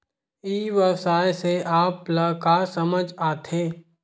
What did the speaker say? ई व्यवसाय से आप ल का समझ आथे?